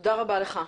תודה רבה לך.